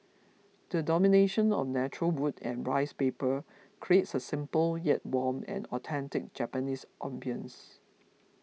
the domination of natural wood and rice paper creates a simple yet warm and authentic Japanese ambience